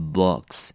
books